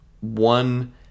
one